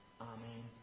Amen